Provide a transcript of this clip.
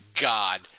god